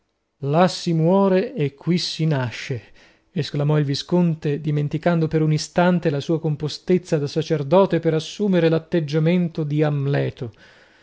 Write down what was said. là si muore e qui si nasce esclamò il visconte dimenticando per un istante la sua compostezza da sacerdote per assumere l'atteggiamento di amleto